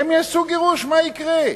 הם יעשו גירוש, מה יקרה?